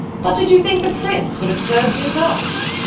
but did you think the prince would have served you thus?